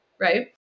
right